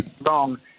wrong